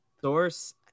source